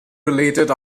related